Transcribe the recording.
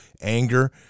anger